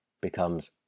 becomes